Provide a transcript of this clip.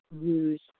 use